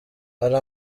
hari